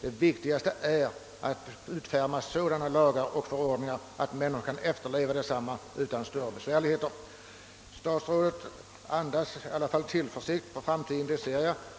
det viktigaste är att utfärda sådana lagar och förordningar, att människorna kan efterleva dem utan större svårigheter. Statsrådets svar andas tillförsikt för framtiden.